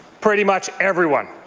pretty much everyone.